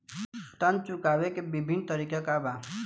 ऋण चुकावे के विभिन्न तरीका का बा?